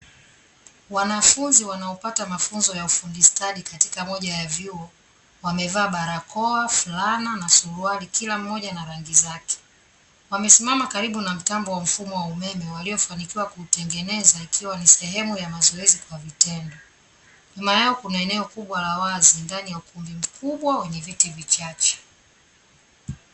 Wanafunzi wanaopata mafunzo ya ufundi stadi katika moja ya vyuo, wamevaa barakoa, fulana na suruali, kila mmoja na rangi zake. Wamesimama karibu na mtambo wa mfumo wa umeme waliofanikiwa kuutengeneza, ikiwa ni sehemu ya mazoezi kwa vitendo. Nyuma yao kuna eneo kubwa la wazi ndani ya ukumbi mkubwa wenye viti vichache.